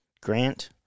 Grant